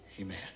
Amen